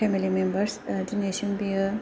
family members दिनैसिम बियो